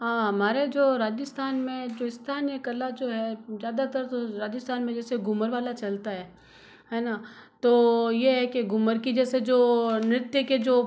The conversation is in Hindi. हमारे जो राजस्थान में जो स्थानीय कला जो है ज़्यादातर तो राजस्थान में जैसे घूमर वाला चलता है है ना तो ये है कि घूमर की जैसे जो नृत्य के जो